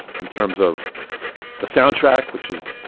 in terms of the soundtrack, which is,